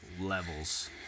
levels